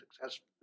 successful